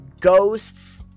ghosts